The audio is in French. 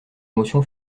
motion